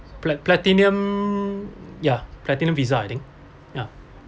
pla~ platinum yeah platinum visa I think ya